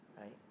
Right